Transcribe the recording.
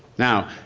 now,